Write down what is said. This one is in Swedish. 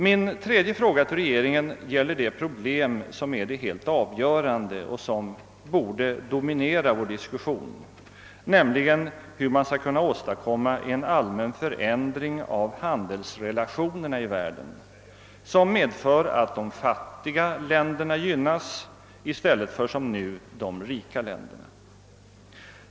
Min tredje fråga till regeringen gäller det problem som är ett helt avgörande och som borde dominera vår diskussion, nämligen hur man skall kunna åstadkomma en allmän förändring av handelsrelationerna i världen — en förändring som medför att de fattiga länderna gynnas i stället för som nu de rika länderna.